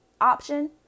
option